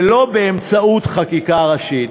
ולא באמצעות חקיקה ראשית.